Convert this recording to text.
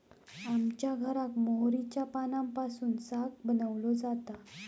आमच्या घराक मोहरीच्या पानांपासून साग बनवलो जाता